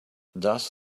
does